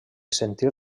sentir